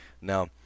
Now